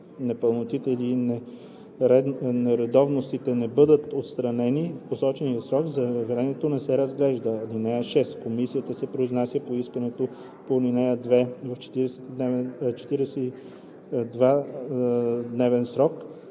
непълнотите или нередовностите не бъдат отстранени в посочения срок, заявлението не се разглежда. (6) Комисията се произнася по искането по ал. 2 в 42-дневен срок